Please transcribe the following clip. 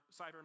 Cyber